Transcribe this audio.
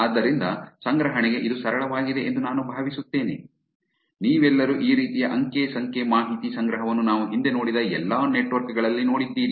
ಆದ್ದರಿಂದ ಸಂಗ್ರಹಣೆಗೆ ಇದು ಸರಳವಾಗಿದೆ ಎಂದು ನಾನು ಭಾವಿಸುತ್ತೇನೆ ನೀವೆಲ್ಲರೂ ಈ ರೀತಿಯ ಅಂಕಿ ಸಂಖ್ಯೆ ಮಾಹಿತಿ ಸಂಗ್ರಹವನ್ನು ನಾವು ಹಿಂದೆ ನೋಡಿದ ಎಲ್ಲಾ ನೆಟ್ವರ್ಕ್ ಗಳಲ್ಲಿ ನೋಡಿದ್ದೀರಿ